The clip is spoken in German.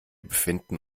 befinden